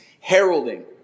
heralding